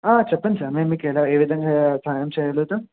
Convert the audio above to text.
చెప్పండి సార్ మేము మీకు ఎలా ఏ విధంగా సాహాయం చేయగలుగుతాము